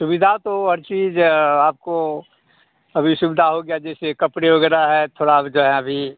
सुविधा तो हर चीज़ आपको अभी सुविधा हो गया जैसे कपड़े वग़ैरह है थोड़ा वह जो हैं अभी